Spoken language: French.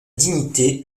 dignité